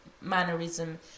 Mannerism